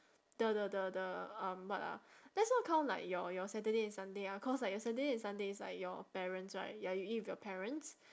the the the the um what ah let's not count like your your saturday and sunday ah cause like your saturday and sunday is like your parents right ya you eat with your parents